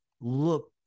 look